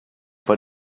per